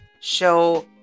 show